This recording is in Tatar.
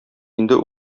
инде